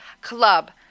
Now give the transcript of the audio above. Club